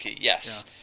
yes